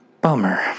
Bummer